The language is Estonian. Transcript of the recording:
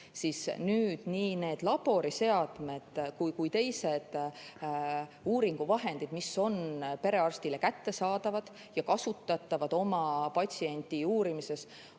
siis nüüd nii need laboriseadmed kui ka teised uuringuvahendid, mis on perearstile kättesaadavad ja kasutatavad oma patsiendi uurimises,